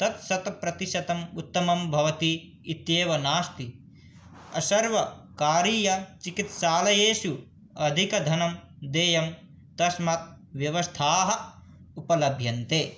तत्शतप्रतिशतम् उत्तमं भवति इत्येव नास्ति असर्वकारीयचिकित्सालयेषु अधिकधनं देयं तस्मात् व्यवस्थाः उपलभ्यन्ते